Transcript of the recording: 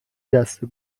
دسته